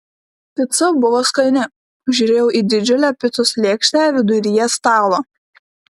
pica buvo skani žiūrėjau į didžiulę picos lėkštę viduryje stalo